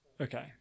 Okay